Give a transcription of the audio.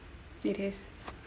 it is